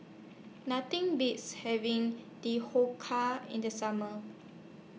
Nothing Beats having Dhokla in The Summer